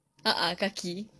ah ah kaki